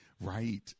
Right